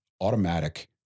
automatic